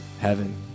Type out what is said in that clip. heaven